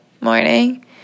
morning